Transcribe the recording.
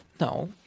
No